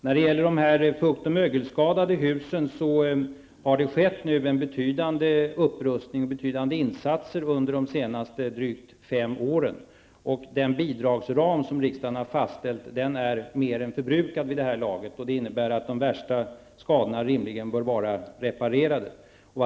När det gäller de fukt och mögelskadade husen har det nu under de senaste drygt fem åren skett en betydande upprustning och det har gjorts betydande insatser. Den bidragsram som riksdagen har fastställt är vid det här laget mer än förbrukad, vilket innebär att de värsta skadorna rimligen bör vara reparerade.